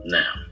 now